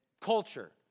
culture